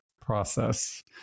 process